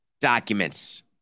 documents